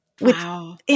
Wow